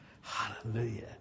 Hallelujah